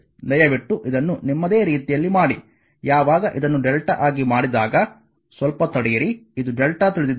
ದಯವಿಟ್ಟು ಇದನ್ನು ನಿಮ್ಮದೇ ರೀತಿಯಲ್ಲಿ ಮಾಡಿ ಯಾವಾಗ ಇದನ್ನು lrmΔ ಆಗಿ ಮಾಡಿದಾಗ ಸ್ವಲ್ಪ ತಡೆಯಿರಿ ಇದು Δ ತಿಳಿದಿದ್ದರೆ